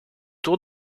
tour